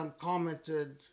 commented